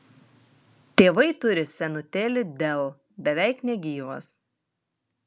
tėvai turi senutėlį dell beveik negyvas